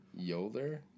yolder